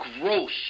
gross